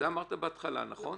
זה אמרת בהתחלה, נכון?